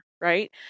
right